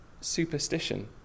superstition